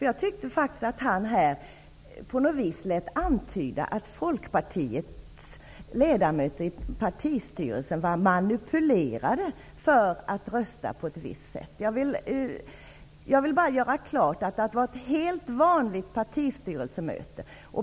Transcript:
Jag tycker att han lät antyda att Folkpartiets ledamöter i partistyrelsen var manipulerade att rösta på ett visst sätt. Jag vill göra klart att det var fråga om ett helt vanligt partistyrelsemöte.